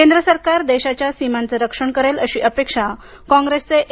केंद्र सरकार देशाच्या सीमांच रक्षण करेल अशी अपेक्षा कॉग्रेसचे ए